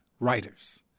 Writers